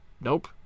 Nope